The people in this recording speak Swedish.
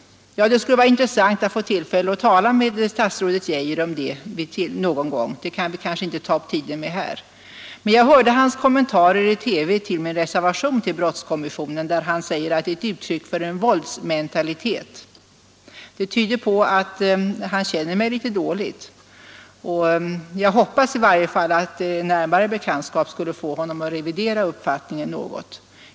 Det skulle vara intressant att få tala med statsrådet Geijer om det någon gång. Vi kan väl inte ta upp tiden med det nu. Men jag hörde när justitieministern i TV kommenterade min reservation i brottskommissionen, där han sade att den var uttryck för en våldsmentalitet. Det tyder på att justitieministern känner mig dåligt. Jag hoppas att en närmare bekantskap skulle få honom att revidera uppfattningen något.